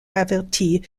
averti